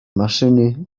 maszyny